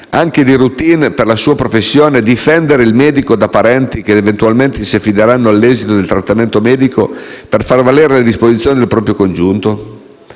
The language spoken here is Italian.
anche di *routine* per la sua professione, difendere il medico da parenti che eventualmente si affideranno all'esito del trattamento medico per far valere le disposizioni del proprio congiunto?